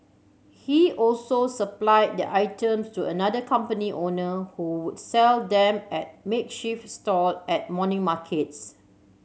he also supplied the items to another company owner who would sell them at makeshift stall at morning markets